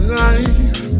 life